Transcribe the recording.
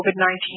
COVID-19